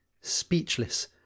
speechless